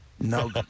No